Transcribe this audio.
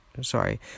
Sorry